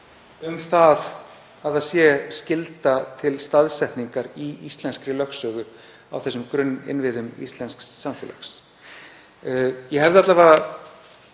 um að það sé skylda til staðsetningar í íslenskri lögsögu á þessum grunninnviðum íslensks samfélags. Ég hefði alla